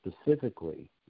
specifically